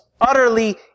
utterly